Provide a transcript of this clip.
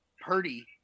Purdy